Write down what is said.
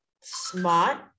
smart